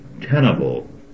tenable